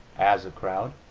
as a crowd,